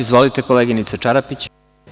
Izvolite, koleginice Čarapić.